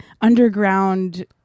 underground